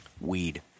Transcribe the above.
Weed